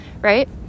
right